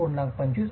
25 असतो